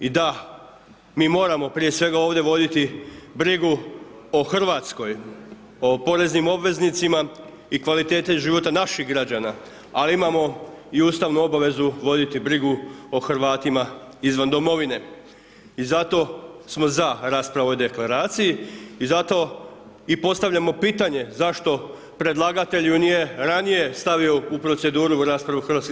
I da, mi moramo, prije svega, ovdje voditi brigu o RH, o poreznim obveznicima i kvaliteti života naših građana, ali imamo i Ustavnu obvezu voditi brigu o Hrvatima izvan domovine i zato smo ZA raspravu o Deklaraciji i zato i postavljamo pitanje zašto predlagatelju nije ranije stavio u proceduru u raspravu u HS.